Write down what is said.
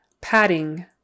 Padding